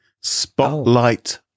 Spotlight